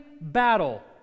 battle